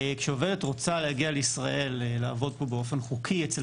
רוצה להגיע לישראל לעבוד באופן חוקי אצל